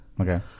Okay